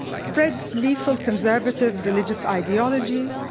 spreads lethal conservative religious ideology,